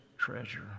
treasure